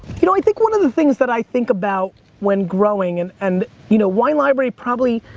you know, i think one of the things that i think about when growing, and and you know, wine library probably,